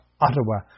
Ottawa